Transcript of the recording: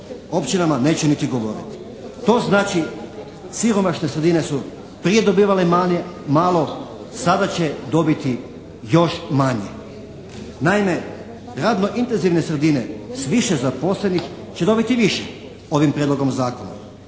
općinama neću niti govoriti. To znači, siromašne sredine su prije dobivale malo, sada će dobiti još manje. Naime, radno intenzivne sredine s više zaposlenih će dobiti više ovim prijedlogom zakona